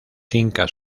incas